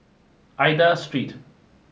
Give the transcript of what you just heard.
Aida Street